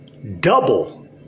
double